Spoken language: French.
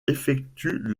effectuent